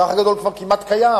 והאח הגדול כבר כמעט קיים,